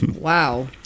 wow